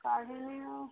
କାଢ଼ିନି ଆଉ